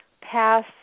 pass